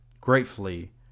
Gratefully